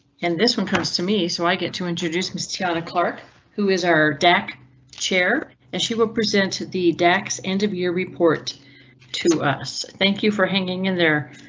and this one comes to me, so i get to introduce miss tiana clark who is our deck chair and she will present the dax and of your report to us. thank you for hanging in there.